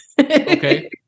Okay